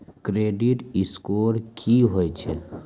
Credit score की होय छै?